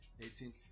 Eighteen